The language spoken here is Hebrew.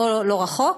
פה לא רחוק.